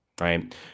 Right